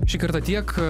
šį kartą tiek